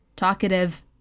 talkative